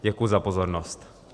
Děkuji za pozornost.